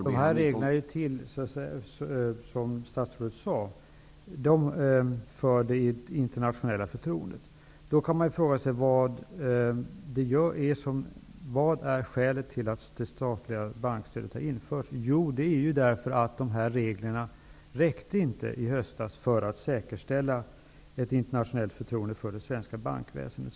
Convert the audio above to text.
Herr talman! Som statsrådet sade är dessa regler till för det internationella förtroendet. Då kan man fråga sig vad som är skälet till att det statliga bankstödet har införts. Jo, det är därför att dessa regler i höstas inte räckte för att säkerställa ett internationellt förtroende för det svenska bankväsendet.